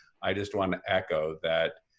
i just want to echo that